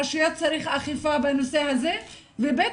גם דרך הרשויות צריך אכיפה בנושא הזה ובטח